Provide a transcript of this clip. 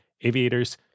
aviators